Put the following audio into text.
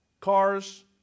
Cars